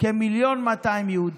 כ-1.2 מיליון יהודים.